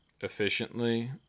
efficiently